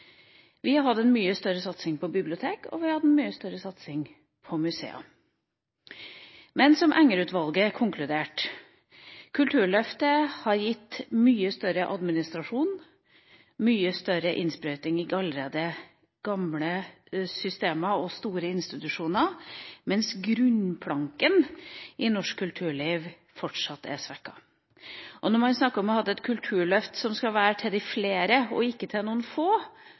Vi hadde en mye større satsing på bibliotek, og vi hadde en mye større satsing på museer. Som Enger-utvalget konkluderte, har Kulturløftet gitt mye større administrasjon, mye større innsprøyting i allerede gamle systemer og store institusjoner, mens bunnplanken i norsk kulturliv fortsatt er svekket. Og når man snakker om å ha hatt et kulturløft som skal være til de flere, og ikke til noen få,